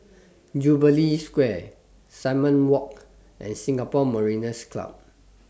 Jubilee Square Simon Walk and Singapore Mariners' Club